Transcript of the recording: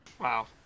Wow